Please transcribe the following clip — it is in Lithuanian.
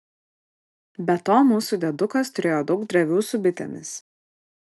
be to mūsų diedukas turėjo daug drevių su bitėmis